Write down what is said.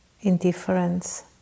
Indifference